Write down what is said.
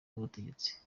n’ubutegetsi